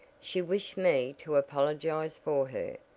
she wished me to apologize for her,